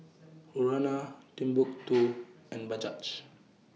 Urana Timbuk two and Bajaj